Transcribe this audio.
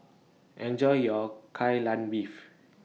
Enjoy your Kai Lan Beef